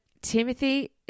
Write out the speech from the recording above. Timothy